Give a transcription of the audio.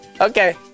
okay